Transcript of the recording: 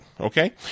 okay